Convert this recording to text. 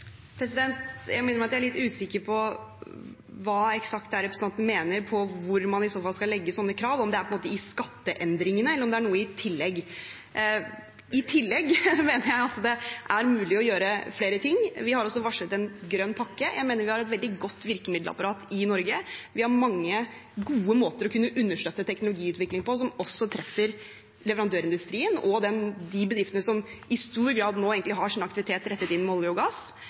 Jeg må innrømme at jeg er litt usikker på hva representanten eksakt mener om hvor man i så fall skal legge sånne krav – om det er i skatteendringene, eller om det er noe i tillegg. Begge deler. I tillegg mener jeg at det er mulig å gjøre flere ting. Vi har også varslet en grønn pakke. Jeg mener vi har et veldig godt virkemiddelapparat i Norge. Vi har mange gode måter å kunne understøtte teknologiutvikling på som også treffer leverandørindustrien og de bedriftene som i stor grad nå egentlig har sin aktivitet rettet inn mot olje og gass.